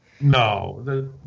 No